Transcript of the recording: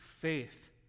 faith